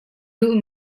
duh